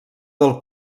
del